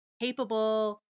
capable